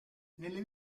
nelle